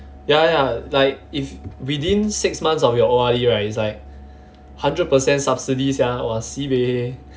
ya ya like if within six months of your O_R_D right it's like hundred percent subsidies sia !wah! sibeh